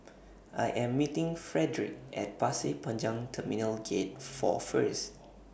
I Am meeting Fredrick At Pasir Panjang Terminal Gate four First